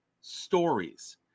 stories